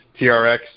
TRX